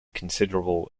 considerable